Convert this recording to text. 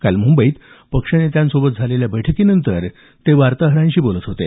काल मुंबईत पक्षनेत्यांसोबत झालेल्या बैठकीनंतर ते वार्ताहरांशी बोलत होते